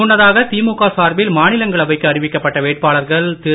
முன்னதாக திமுக சார்பில் மாநிலங்களவைக்கு அறிவிக்கப்பட்ட வேட்பாளர்கள் திரு